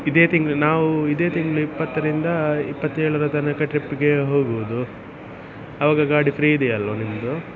ಇದೇ ತಿಂಗಳು ನಾವು ಇದೆ ತಿಂಗಳು ಇಪ್ಪತ್ತರಿಂದ ಇಪ್ಪತ್ತೇಳರ ತನಕ ಟ್ರಿಪ್ಗೆ ಹೋಗುವುದು ಆವಾಗ ಗಾಡಿ ಫ್ರೀ ಇದೆಯಲ್ವ ನಿಮ್ಮದು